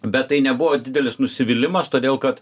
bet tai nebuvo didelis nusivylimas todėl kad